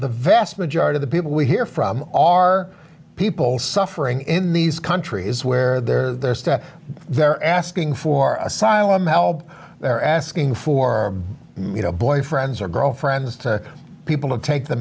the vast majority of the people we hear from are people suffering in these countries where they're they're asking for asylum help they're asking for you know boyfriends or girlfriends to people to take the